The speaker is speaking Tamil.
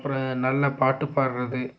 அப்புறோம் நல்லா பாட்டு பாடுறது